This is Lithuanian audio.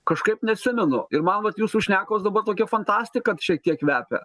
kažkaip neatsimenu ir man vat jūsų šnekos dabar tokia fantastika šiek tiek kvepia